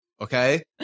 Okay